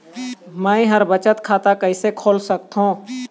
मै ह बचत खाता कइसे खोल सकथों?